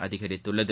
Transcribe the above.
அதிகரித்துள்ளது